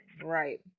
Right